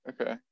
okay